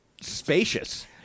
spacious